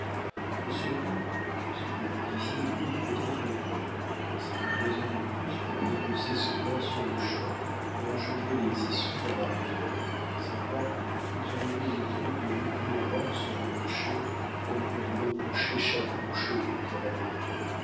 au surplus ce que vous disiez des loups peut être vrai et c'est une raison de plus pour dépecer ce daim sur-le-champ et en jeter les issues dans la rivière sans quoi nous aurions une troupe de loups hurlant sur les rochers comme pour nous reprocher chaque bouchée que nous avalerions